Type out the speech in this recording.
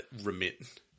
Remit